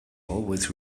always